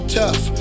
tough